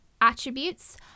attributes